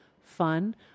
fun